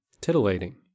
titillating